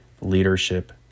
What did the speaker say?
Leadership